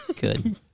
Good